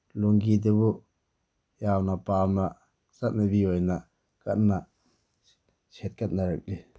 ꯂꯨꯡꯒꯤꯗꯨ ꯌꯥꯝꯅ ꯄꯥꯝꯅ ꯆꯠꯅꯕꯤ ꯑꯣꯏꯅ ꯀꯟꯅ ꯁꯦꯠꯀꯠꯅꯔꯛꯂꯤ